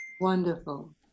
Wonderful